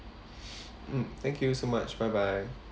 mm thank you so much bye bye